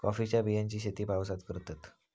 कॉफीच्या बियांची शेती पावसात करतत